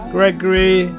Gregory